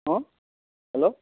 অঁ হেল্ল'